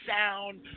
sound